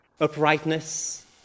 uprightness